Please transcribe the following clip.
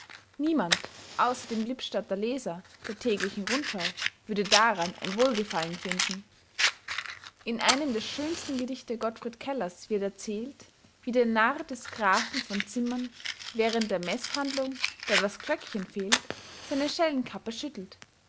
niemand außer dem lippstadter leser der täglichen rundschau würde daran ein wohlgefallen finden in einem der schönsten gedichte gottfried kellers wird erzählt wie der narr des grafen v zimmern während der meßhandlung da das glöckchen fehlt seine schellenkappe schüttelt